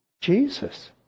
Jesus